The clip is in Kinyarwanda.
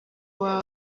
baba